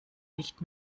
nicht